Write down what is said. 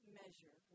measure